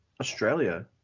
Australia